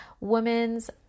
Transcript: women's